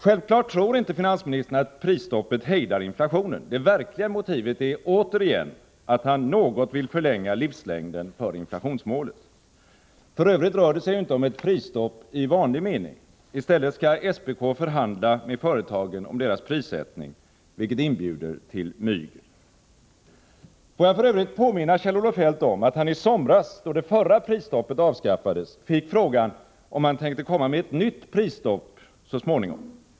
Självfallet tror inte finansministern att prisstopp hejdar inflationen. Det verkliga motivet är återigen att han något vill förlänga livslängden för inflationsmålet. För övrigt rör det sig inte om ett prisstopp i vanlig mening. I stället skall SPK förhandla med företagen om deras prissättning, vilket inbjuder till mygel. Får jag för övrigt påminna Kjell-Olof Feldt om att han i somras, då det förra prisstoppet avskaffades, fick frågan om han tänkte komma med ett nytt prisstopp så småningom.